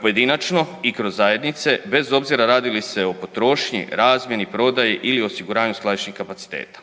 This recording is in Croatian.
pojedinačno i kroz zajednice bez obzira radi li se o potrošnji, razmjeni, prodaji ili osiguranju skladišnih kapaciteta.